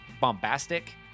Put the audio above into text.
bombastic